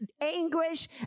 anguish